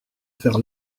faire